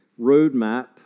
roadmap